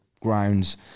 grounds